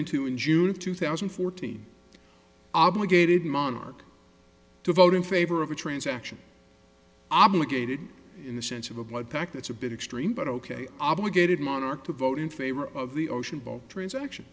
into in june two thousand and fourteen obligated monarch to vote in favor of a transaction obligated in the sense of a blood pact that's a bit extreme but ok obligated monarch to vote in favor of the ocean ball transaction